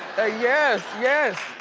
ah yes, yes.